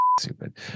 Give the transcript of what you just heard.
stupid